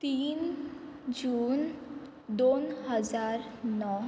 तीन जून दोन हजार णव